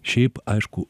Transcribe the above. šiaip aišku